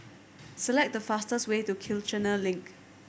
select the fastest way to Kiichener Link